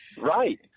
right